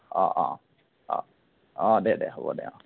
অঁ অঁ অঁ অঁ দে দে হ'ব দে অঁ